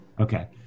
Okay